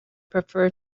prefer